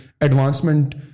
advancement